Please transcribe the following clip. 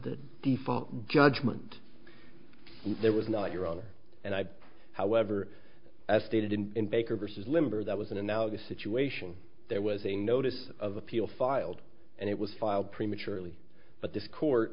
the default judgment there was not your honor and i however as stated in baker versus limber that was an analogous situation there was a notice of appeal filed and it was filed prematurely but this court